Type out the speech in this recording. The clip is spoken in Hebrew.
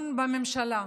להקת המעודדות של הביביזם.